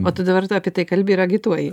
o tu dabar tu apie tai kalbi ir agituoji